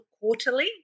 quarterly